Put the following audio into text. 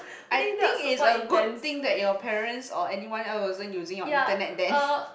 I think it's a good thing that your parents or anyone else wasn't using your internet then